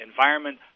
environment